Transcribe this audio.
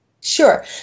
sure